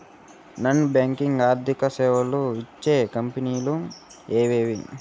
Non banking ఆర్థిక సేవలు ఇచ్చే కంపెని లు ఎవేవి?